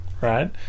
right